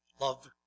Love